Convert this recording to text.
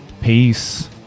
Peace